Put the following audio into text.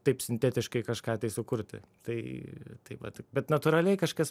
taip sintetiškai kažką tai sukurti tai taip va taip bet natūraliai kažkas